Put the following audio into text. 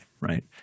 right